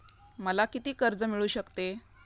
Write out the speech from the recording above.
मला किती कर्ज मिळू शकते?